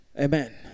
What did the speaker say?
Amen